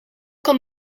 kan